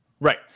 Right